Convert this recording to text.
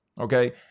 Okay